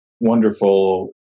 wonderful